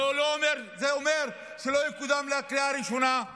זה אומר שזה לא יקודם לקריאה הראשונה,